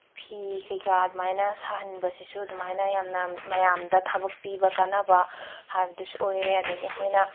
ꯐꯤ ꯀꯩꯀꯥ ꯑꯗꯨꯃꯥꯏꯅ ꯁꯥꯍꯟꯕꯁꯤꯁꯨ ꯑꯗꯨꯃꯥꯏꯅ ꯌꯥꯝꯅ ꯃꯌꯥꯝꯗ ꯊꯕꯛꯄꯤꯕ ꯀꯥꯟꯅꯕ ꯍꯥꯏꯕꯗꯨꯁꯨ ꯑꯣꯏꯑꯦ ꯑꯗꯨꯗꯒꯤ ꯑꯩꯈꯣꯏꯅ